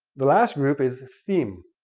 the last group is theme,